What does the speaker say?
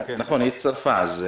נכון, היא הצטרפה.